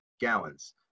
gallons